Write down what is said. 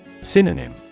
Synonym